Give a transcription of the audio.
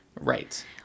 Right